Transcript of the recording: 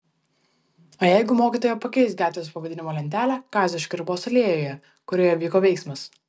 o jeigu mokytoja pakeis gatvės pavadinimo lentelę kazio škirpos alėjoje kurioje vyko veiksmas